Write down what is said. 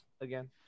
again